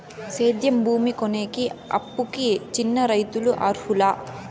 సేద్యం భూమి కొనేకి, అప్పుకి చిన్న రైతులు అర్హులా?